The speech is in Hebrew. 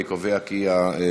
אני קובע כי ההצעה: